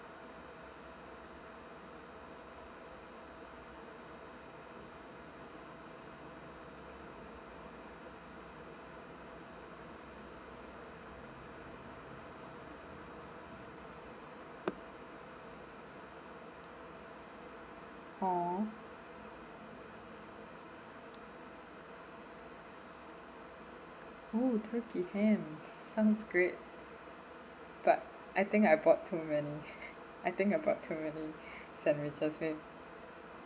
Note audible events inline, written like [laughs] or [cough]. oh oh turkey ham sounds great but I think I bought too many [laughs] I think I bought to many sandwiches eh